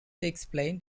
explained